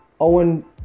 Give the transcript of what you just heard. Owen